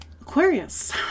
aquarius